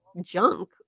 junk